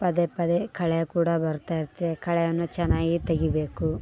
ಪದೇ ಪದೇ ಕಳೆ ಕೂಡ ಬರ್ತಾ ಇರ್ತೆ ಕಳೆಯನ್ನು ಚೆನ್ನಾಗಿ ತೆಗಿಬೇಕು